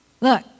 Look